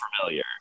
familiar